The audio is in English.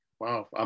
Wow